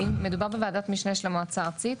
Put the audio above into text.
מדובר בוועדת משנה של המועצה הארצית,